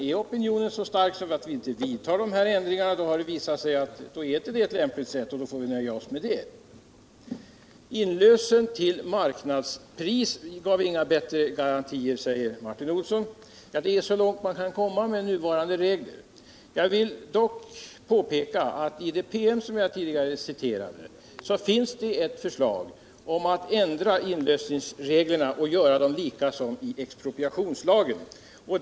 Är opinionen så stark att de här ändringarna inte vidtas, då har det visat sig att det inte är ett lämpligt sätt och vi får nöja oss med det. Inlösen till marknadspris ger inga bättre garantier, säger Martin Olsson. Det är så långt man kan komma med nuvarande regler. Jag vill dock påpeka att i den PM jag tidigare citerat finns det eu förslag om att ändra inlösningsreglerna och göra dem lika dem i expropriationslagen.